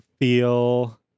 feel